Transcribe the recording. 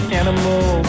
animal